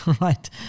right